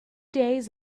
days